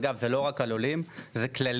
אגב זה לא רק לעולים זה כללי,